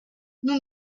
nous